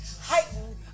heightened